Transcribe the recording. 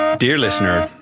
ah dear listener,